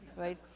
Right